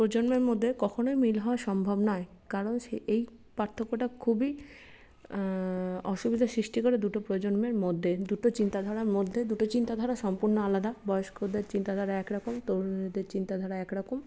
প্রজন্মের মধ্যে কখনই মিল হওয়া সম্ভব নয় কারণ সে এই পার্থক্যটা খুবই অসুবিধার সৃষ্টি করে দুটো প্রজন্মের মধ্যে দুটো চিন্তাধারার মধ্যে দুটো চিন্তাধারা সম্পূর্ণ আলাদা বয়স্কদের চিন্তাধারা একরকম তরুণীদের চিন্তাধারা একরকম